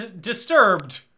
Disturbed